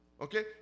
Okay